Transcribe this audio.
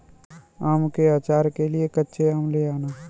आम के आचार के लिए कच्चे आम ले आना